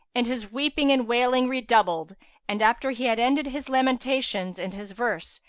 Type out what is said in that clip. and his weeping and wailing redoubled and, after he had ended his lamentations and his verse,